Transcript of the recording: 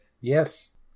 Yes